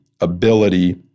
ability